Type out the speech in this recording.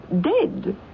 dead